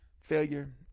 failure